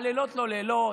והלילות לא לילות,